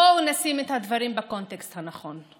בואו נשים את הדברים בקונטקסט הנכון: